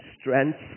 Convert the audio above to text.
strength